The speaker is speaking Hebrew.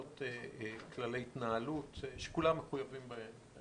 כללי התנהלות שכולם מחויבים בהם.